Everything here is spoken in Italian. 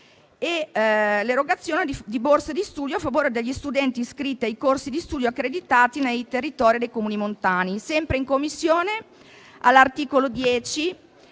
e l'erogazione di borse di studio a favore degli studenti iscritti ai corsi di studio accreditati nei territori dei Comuni montani. Sempre in Commissione, all'articolo 10